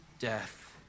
death